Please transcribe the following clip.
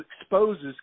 exposes